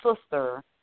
sister